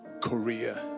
Korea